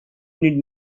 need